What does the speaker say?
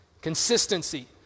Consistency